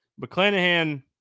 McClanahan